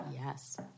Yes